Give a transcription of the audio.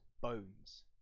bones